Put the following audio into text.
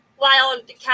Wildcat